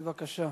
בבקשה.